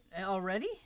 Already